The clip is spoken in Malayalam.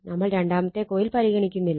നമ്മൾ രണ്ടാമത്തെ കോയിൽ പരിഗണിക്കുന്നില്ല